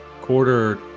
Quarter